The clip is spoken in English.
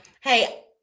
hey